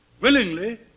willingly